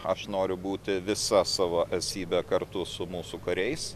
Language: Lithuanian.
aš noriu būti visa savo esybe kartu su mūsų kariais